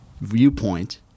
viewpoint